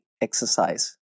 exercise